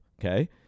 Okay